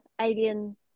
Alien